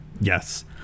yes